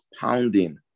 pounding